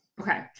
Okay